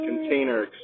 container